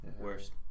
Worst